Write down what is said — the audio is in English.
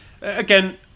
again